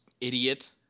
idiot